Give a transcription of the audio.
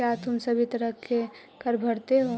क्या तुम सभी तरह के कर भरते हो?